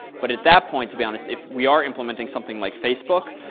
but at that point, to be honest, if we are implementing something like facebook,